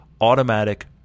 Automatic